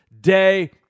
day